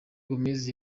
gomez